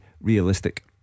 realistic